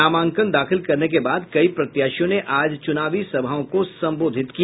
नामांकन दाखिल करने के बाद कई प्रत्याशियों ने आज चुनावी सभाओं को संबोधित किया